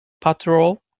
patrol